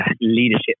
leadership